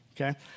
okay